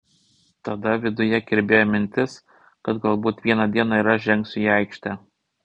tada viduje kirbėjo mintis kad galbūt vieną dieną ir aš žengsiu į aikštę